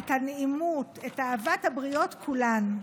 את הנעימות, את אהבת הבריות כולן.